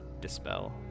dispel